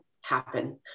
happen